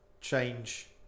change